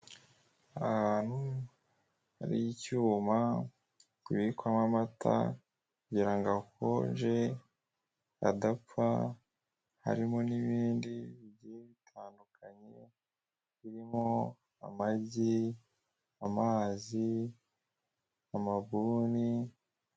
Ahantu hari icyuma kibikwamo amata kugirango akonje adapfa harimo n' ibindi bigiye bitandukanye birimo; amagi, amazi, amabuni...